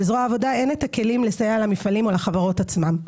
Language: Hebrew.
לזרוע העבודה אין הכלים לסייע למפעלים או לחברות עצמן.